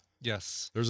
yes